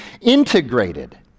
integrated